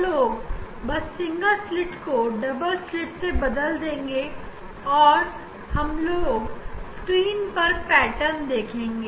हम लोग बस सिंगल स्लिट को डबल स्लिट से बदल देंगे और स्क्रीन पर पैटर्न देखेंगे